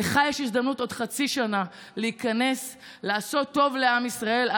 לך יש הזדמנות בעוד חצי שנה להיכנס לעשות טוב לעם ישראל.